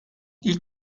i̇lk